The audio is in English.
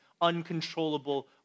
uncontrollable